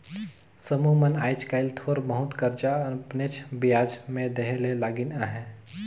समुह मन आएज काएल थोर बहुत करजा अपनेच बियाज में देहे ले लगिन अहें